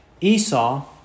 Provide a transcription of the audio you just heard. Esau